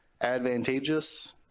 advantageous